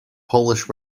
polish